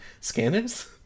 Scanners